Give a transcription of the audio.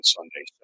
Sunday